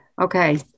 okay